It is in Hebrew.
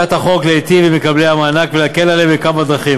תכליתה של הצעת החוק להיטיב עם מקבלי המענק ולהקל עליהם בכמה דרכים.